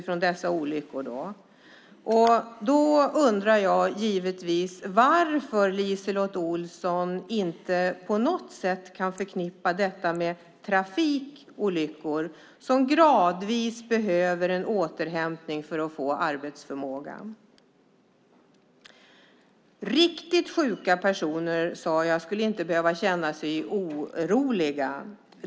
Jag undrar givetvis varför LiseLotte Olsson inte på något sätt kan förknippa detta med trafikolyckor, som gör att man behöver en gradvis återhämtning för att återfå arbetsförmågan. Riktigt sjuka personer, sade jag, skulle inte behöva känna sig oroliga.